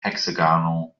hexagonal